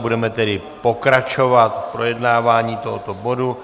Budeme tedy pokračovat v projednávání tohoto bodu